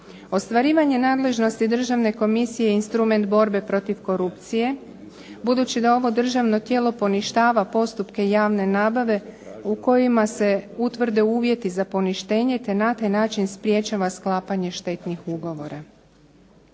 Ostvarivanje nadležnosti Državne komisije je instrument borbe protiv korupcije budući da ovo državno tijelo poništava postupke javne nabave u kojima se utvrde uvjeti za poništenje te na taj način sprečava sklapanje štetnih ugovora.